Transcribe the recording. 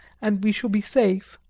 and we shall be safe.